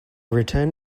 return